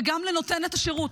וגם לנותנת השירות,